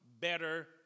better